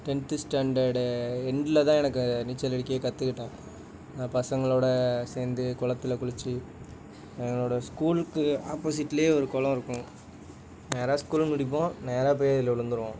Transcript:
tenth standard எண்டில் தான் எனக்கு நீச்சல் அடிக்கவே கற்றுக்கிட்டேன் நான் பசங்களோடு சேர்ந்து குளத்துல குளித்து என்னோட ஸ்கூலுக்கு ஆப்போசிட்லேயே ஒரு குளம் இருக்கும் நேராக ஸ்கூல் முடிப்போம் நேராக போய் அதில் விழுந்துடுவோம்